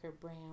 brown